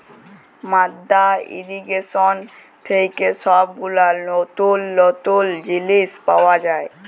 মাদ্দা ইর্রিগেশন থেক্যে সব গুলা লতুল লতুল জিলিস পাওয়া যায়